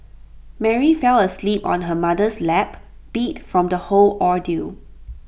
Mary fell asleep on her mother's lap beat from the whole ordeal